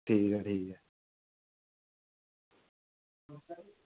ठीक ऐ ठीक ऐ